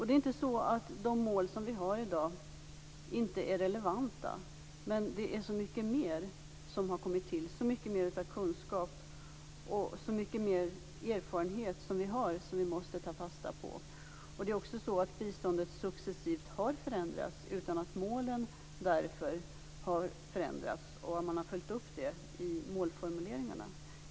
Det är inte så att de mål som vi har i dag inte är relevanta, men det är så mycket mer som har kommit till, så mycket mer kunskap och så mycket mer erfarenhet som vi måste ta fasta på. Biståndet har också successivt förändrats utan att målen därför har förändrats och man har följt upp det i målformuleringarna.